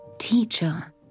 Teacher